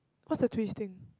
what's the twisting